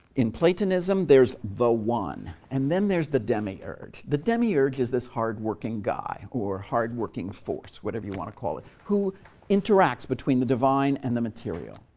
in platonism, there's the one, and then there's the demiurge. the demiurge is this hard-working guy or hardworking force, whatever you want to call it, who interacts between the divine and the material.